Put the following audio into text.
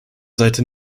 seite